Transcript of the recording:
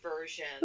version